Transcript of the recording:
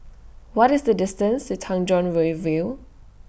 What IS The distance to Tanjong Rhu View